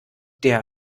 der